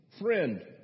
friend